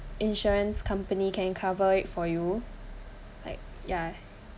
insurance company can cover it for you like ya